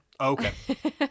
Okay